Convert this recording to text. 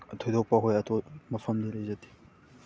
ꯊꯣꯏꯗꯣꯛꯄ ꯑꯩꯈꯣꯏ ꯃꯐꯝꯗꯤ ꯂꯩꯖꯗꯦ